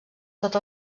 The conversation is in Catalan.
tots